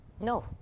No